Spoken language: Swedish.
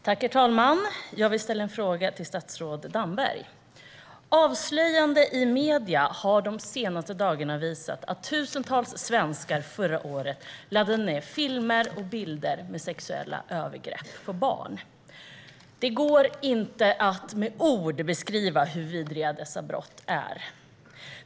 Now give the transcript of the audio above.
Herr talman! Jag vill ställa en fråga till statsrådet Damberg. Avslöjanden i medier har de senaste dagarna visat att tusentals svenskar förra året laddade ned filmer och bilder med sexuella övergrepp på barn. Det går inte att i ord beskriva hur vidriga dessa brott är.